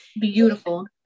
Beautiful